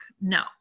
No